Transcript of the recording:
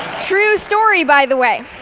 true story, by the way.